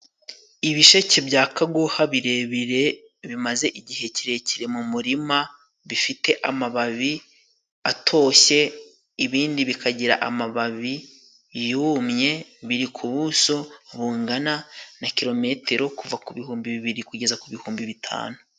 Ibisheke bya kaguha ,birebire bimaze igihe kirekire mu murima ,bifite amababi atoshye, ibindi bikagira amababi yumye, biri ku buso bungana na kilometero kuva ku bihumbi bibiri ,kugeza ku bihumbi bitanu.